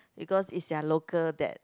because it's their local that